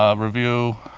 ah review